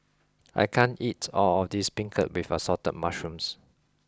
I can't eat all of this Beancurd with assorted mushrooms